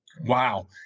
Wow